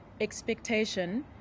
expectation